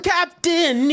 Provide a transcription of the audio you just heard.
Captain